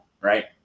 right